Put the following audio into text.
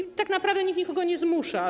I tak naprawdę nikt nikogo nie zmusza.